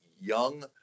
young